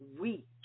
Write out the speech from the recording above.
weak